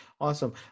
Awesome